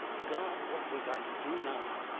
god! what was i to do now!